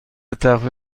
تخفیف